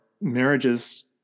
marriages